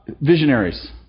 visionaries